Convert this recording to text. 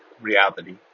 reality